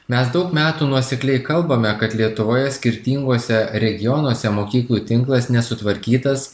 mes daug metų nuosekliai kalbame kad lietuvoje skirtinguose regionuose mokyklų tinklas nesutvarkytas